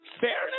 fairness